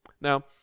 Now